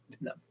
No